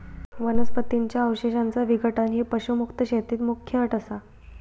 वनस्पतीं च्या अवशेषांचा विघटन ही पशुमुक्त शेतीत मुख्य अट असा